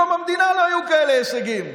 מקום המדינה לא היו כאלה הישגים.